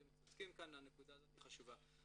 אתם צודקים כאן, הנקודה הזאת היא חשובה.